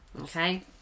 Okay